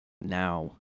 now